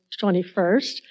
21st